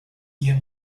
year